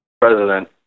president